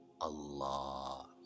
Allah